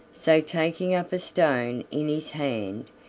so taking up a stone in his hand,